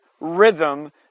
rhythm